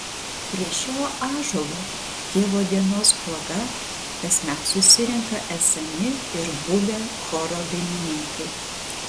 prie šio ąžuolo tėvo dienos proga kasmet susirenka esami ir buvę choro dainininkai